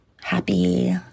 happy